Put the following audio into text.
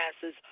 passes